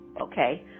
okay